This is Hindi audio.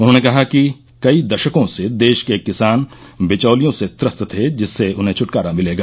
उन्हॉने कहा कि कई दशकों से देश के किसान बिचौलियों से त्रस्त थे जिससे उन्हें छुटकारा मिलेगा